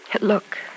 Look